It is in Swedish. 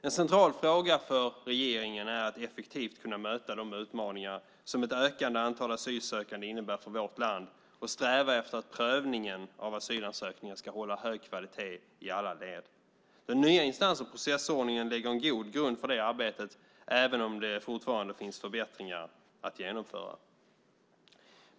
En central fråga för regeringen är att effektivt kunna möta de utmaningar som ett ökande antal asylsökande innebär för vårt land och sträva efter att prövningen av asylansökningar ska hålla hög kvalitet i alla led. Den nya instans och processordningen lägger en god grund för det arbetet även om det fortfarande finns förbättringar att genomföra.